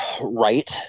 Right